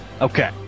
Okay